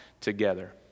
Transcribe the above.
together